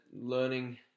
learning